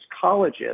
colleges